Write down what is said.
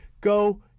Go